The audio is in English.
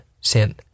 sin